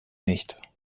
nicht